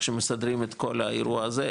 שמסדרים את כל האירוע הזה,